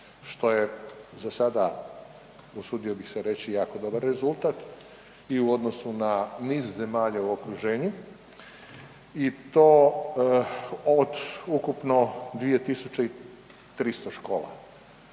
što je za sada usudio bih se reći jako dobar rezultat i u odnosu na niz zemalja u okruženju, i to od ukupno 2300 škola.